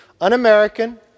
un-American